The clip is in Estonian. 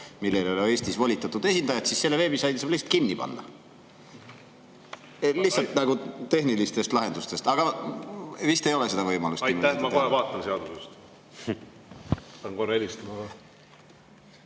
ei ole Eestis volitatud esindajat, siis selle veebisaidi saab lihtsalt kinni panna – [nii palju] tehnilistest lahendustest. Aga vist ei ole seda võimalust. Aitäh! Ma kohe vaatan seadusest.